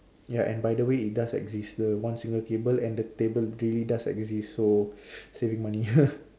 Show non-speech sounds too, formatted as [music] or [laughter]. ya and by the way it does exist the one single cable and the table really does exist so [noise] saving money [laughs]